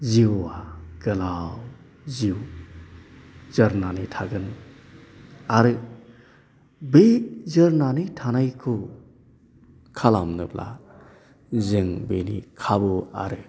जिउआ गोलाव जिउ जोरनानै थागोन आरो बै जोरनानै थानायखौ खालामनोब्ला जों बेनि खाबु आरो